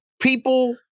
people